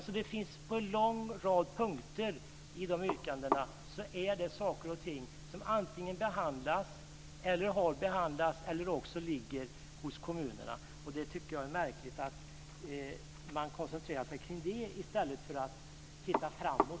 På en lång rad punkter i yrkandena är det saker och ting som behandlas, har behandlats eller också ligger hos kommunerna. Jag tycker att det är märkligt att man koncentrerar sig på det i stället för att titta framåt.